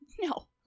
no